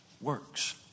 works